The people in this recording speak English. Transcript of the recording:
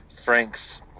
Frank's